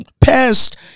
past